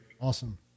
Awesome